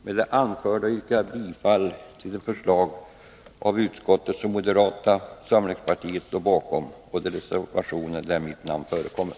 Med det anförda yrkar jag bifall till de förslag av utskottet som moderata samlingspartiet står bakom och till de reservationer där mitt namn förekommer.